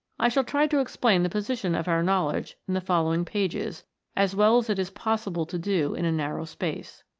i shall try to explain the position of our knowledge in the following pages as well as it is possible to do in a narrow space.